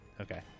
Okay